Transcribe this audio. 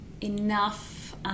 enough